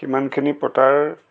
কিমানখিনি পতাৰ